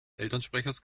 elternsprechers